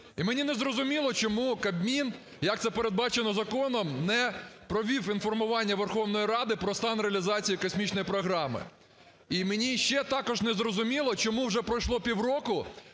І мені не зрозуміло чому Кабмін, як це передбачено законом, не провів інформування Верховної Ради про стан реалізації космічної програми. І мені ще також не зрозуміло, чому вже пройшло півроку,